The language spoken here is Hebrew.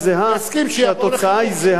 שהתוצאה היא זהה.